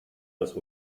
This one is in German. das